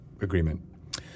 agreement